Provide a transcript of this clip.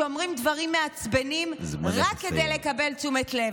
שאומרים דברים מעצבנים רק כדי לקבל תשומת לב.